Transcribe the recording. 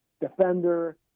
defender